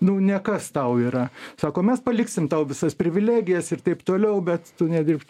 nu ne kas tau yra sako mes paliksim tau visas privilegijas ir taip toliau bet tu nedirbk